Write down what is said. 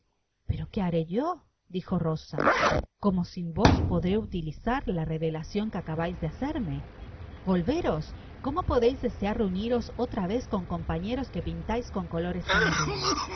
pero qué ba é yo dijo bogacómo sin vo podré uti hzar la revelacion qtre apahais de hacerme volveros cómo podeis desear reuniros olra vez con compañeros que pintais con colores tan horribles